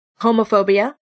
homophobia